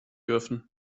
dürfen